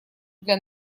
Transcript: для